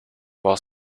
while